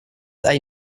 hay